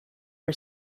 for